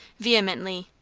vehemently.